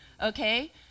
Okay